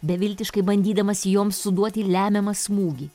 beviltiškai bandydamas joms suduoti lemiamą smūgį